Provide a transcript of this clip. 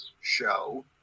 show